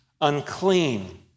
unclean